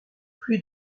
plus